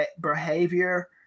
behavior